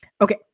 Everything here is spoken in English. okay